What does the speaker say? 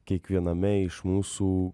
kiekviename iš mūsų